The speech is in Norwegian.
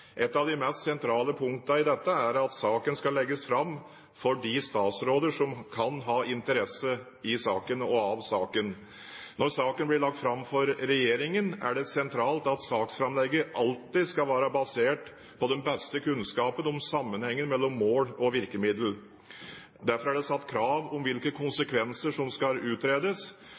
Et av de mest sentrale punktene i dette er at saken skal legges fram for de statsråder som kan ha interesse av saken. Når saken blir lagt fram for regjeringen, er det sentralt at saksframlegget alltid skal være basert på den beste kunnskapen om sammenhengen mellom mål og virkemiddel. Derfor er det satt krav om hvilke konsekvenser som skal utredes.